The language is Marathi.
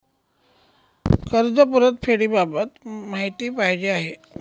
कर्ज परतफेडीबाबत माहिती पाहिजे आहे